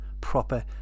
proper